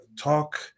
talk